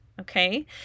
Okay